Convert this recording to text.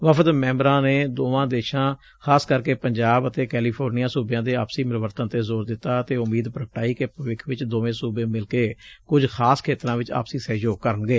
ਵਫਦ ਮੈਬਰਾਂ ਨੇ ਦੋਵਾਂ ਦੇਸ਼ਾਂ ਖਾਸ ਕਰ ਪੰਜਾਬ ਅਤੇ ਕੈਲੀਫੋਰਨੀਆ ਸੁਬਿਆਂ ਦੇ ਆਪਸੀ ਮਿਲਵਰਤਣ ਤੇ ਜ਼ੋਰ ਦਿੱਤਾ ਅਤੇ ਉਮੀਦ ਪ੍ਰਗਟਾਈ ਕਿ ਭਵਿੱਖ ਵਿਚ ਦੋਵੇ ਸੁਬੇ ਮਿਲ ਕੇ ਕੁਝ ਖਾਸ ਖੇਤਰਾ ਵਿਚ ਆਪਸੀ ਸਹਿਯੋਗ ਕਰਨਗੇ